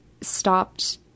stopped